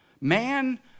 Man